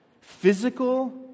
Physical